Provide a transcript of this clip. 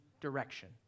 direction